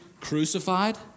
crucified